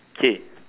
okay